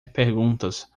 perguntas